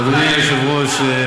אדוני היושב-ראש,